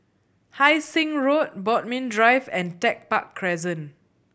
Hai Sing Road Bodmin Drive and Tech Park Crescent